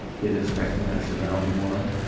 it is recognized around the world.